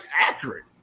accurate